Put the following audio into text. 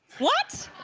what?